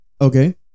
Okay